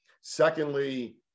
Secondly